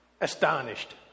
astonished